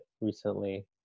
recently